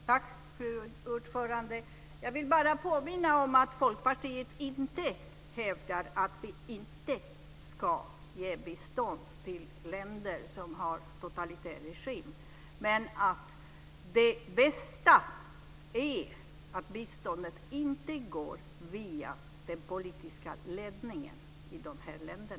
Fru talman! Jag vill bara påminna om att Folkpartiet inte hävdar att vi inte ska ge bistånd till länder som lyder under totalitära regimer. Det bästa är att biståndet inte går via den politiska ledningen i dessa länder.